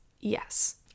Yes